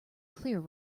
clear